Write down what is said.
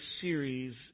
series